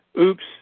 Oops